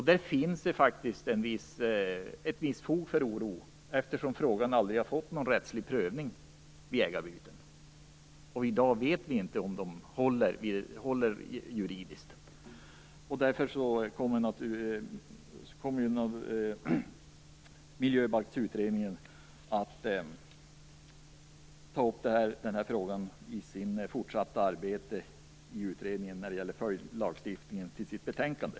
Det finns faktiskt fog för oro eftersom frågan aldrig har fått någon rättslig prövning vid ägarbyten. I dag vet vi inte om avtalen håller juridiskt. Därför kommer miljöbalksutredningen att ta upp frågan under det fortsatta arbetet med en följdlagstiftning i sitt betänkande.